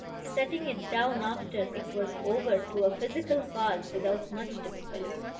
setting it down after it was over to a physical cause without much difficulty.